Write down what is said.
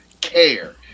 care